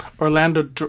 Orlando